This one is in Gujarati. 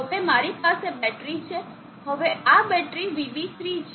હવે મારી પાસે આ બેટરી છે હવે આ બેટરી VB3 છે